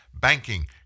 banking